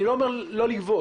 אני לא אומר לא לגבות,